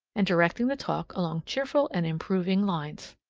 and directing the talk along cheerful and improving lines.